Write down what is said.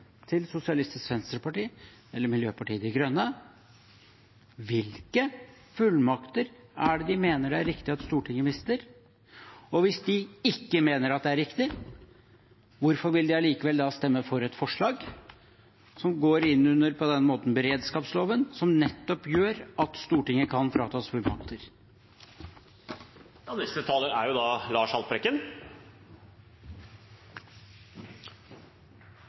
til Sosialistisk Venstreparti eller til Miljøpartiet De Grønne: Hvilke fullmakter er det de mener det er riktig at Stortinget mister? Og hvis de ikke mener at det er riktig, hvorfor vil de allikevel da stemme for et forslag som går inn under beredskapsloven på den måten som nettopp gjør at Stortinget kan fratas fullmakter? Hvis representanten Heggelund hadde hørt etter da